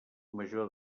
major